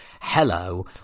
Hello